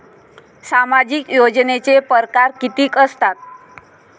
सामाजिक योजनेचे परकार कितीक असतात?